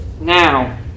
now